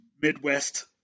Midwest